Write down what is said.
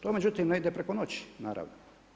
To međutim ne ide preko noći naravno.